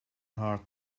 hard